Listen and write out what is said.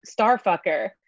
Starfucker